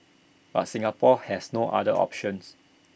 but Singapore has no other options